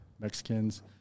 Mexicans